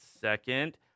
second